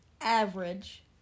average